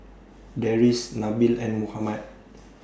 Deris Nabil and Muhammad